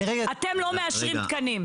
אתם לא מאשרים תקנים.